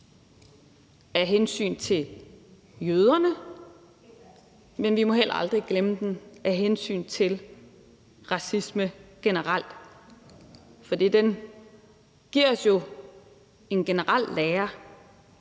af hensyn til jøderne, men vi må heller aldrig glemme den i forhold til racismen generelt, fordi den jo giver os en generel lære